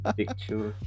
picture